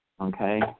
okay